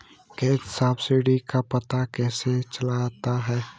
Gas subsidy का पता कैसे चलता है?